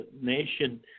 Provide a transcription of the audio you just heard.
nation